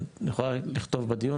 את יכולה לכתוב בדיון,